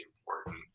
important